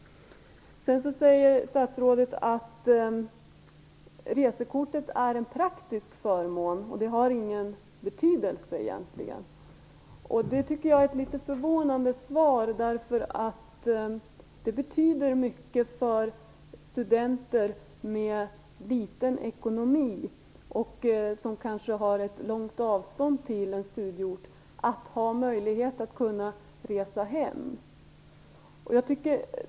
Sedan säger statsrådet att resekortet är en praktisk förmån, som egentligen inte har någon betydelse. Det tycker jag är litet förvånande därför att det betyder mycket för studenter med liten ekonomi, som kanske har ett långt avstånd till studieorten, att kunna resa hem.